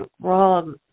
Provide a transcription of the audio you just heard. wrong